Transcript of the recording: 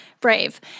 brave